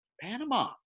Panama